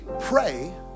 pray